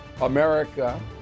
America